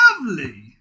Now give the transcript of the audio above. Lovely